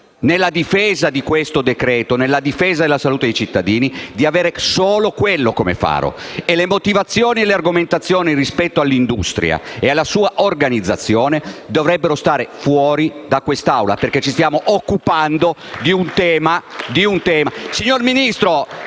nella difesa di questo decreto-legge e della salute dei cittadini, di avere solo quello come faro. Le motivazioni e le argomentazioni rispetto all'industria e alla sua organizzazione dovrebbero stare fuori da questa Assemblea, perché ci stiamo occupando di un tema delicato.